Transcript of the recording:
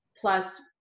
plus